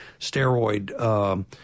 steroid